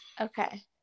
Okay